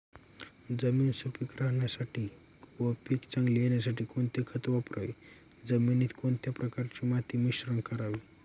जमीन सुपिक राहण्यासाठी व पीक चांगले येण्यासाठी कोणते खत वापरावे? जमिनीत कोणत्या प्रकारचे माती मिश्रण करावे?